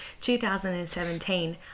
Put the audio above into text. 2017